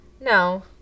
No